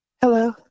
Hello